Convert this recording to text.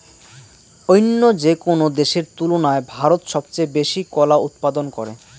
অইন্য যেকোনো দেশের তুলনায় ভারত সবচেয়ে বেশি কলা উৎপাদন করে